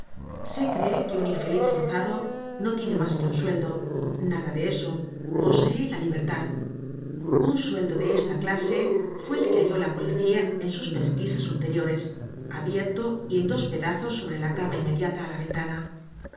se cree que un infeliz forzado no tiene mas que un sueldo nada de eso posee la libertad un sueldo de esta clase fue el que halló la policía en sus pesquisas ulteriores abierto y en dos pedazos sobre la cama inmediata á la ventana